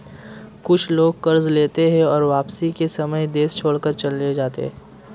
कुछ लोग कर्ज लेते हैं और वापसी के समय देश छोड़कर चले जाते हैं